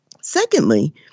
Secondly